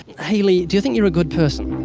hayley, do you think you're a good person.